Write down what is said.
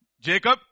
Jacob